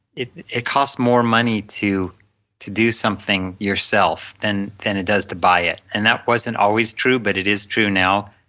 it it costs more money to to do something yourself than than it does to buy it and that wasn't always true, but it is true now.